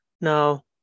Now